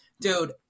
dude